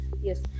Yes